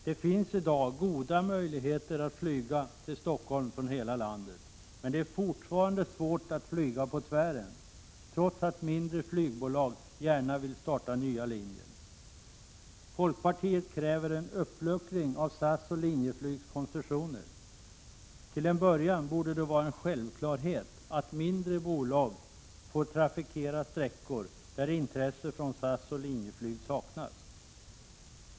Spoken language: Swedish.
Det finns i dag goda möjligheter att flyga till Stockholm från hela landet. Men det är fortfarande svårt att flyga på tvären, trots att mindre flygbolag gärna vill starta nya linjer. Folkpartiet kräver en uppluckring av SAS och Linjeflygs koncessioner. Till en början borde det vara en självklarhet att mindre bolag får trafikera sträckor där intresse från SAS och Linjeflyg saknas.